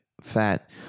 fat